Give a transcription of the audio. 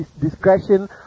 discretion